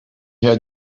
had